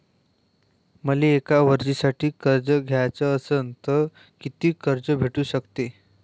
मले एक वर्षासाठी कर्ज घ्याचं असनं त कितीक कर्ज भेटू शकते?